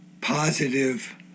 positive